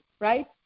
right